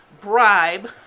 bribe